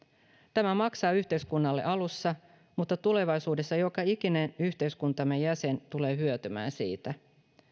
tämä maksaa yhteiskunnalle alussa mutta tulevaisuudessa joka ikinen yhteiskuntamme jäsen tulee hyötymään siitä